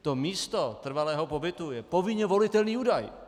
To místo trvalého pobytu je povinně volitelný údaj.